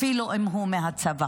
אפילו אם הוא מהצבא.